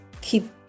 keep